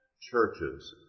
churches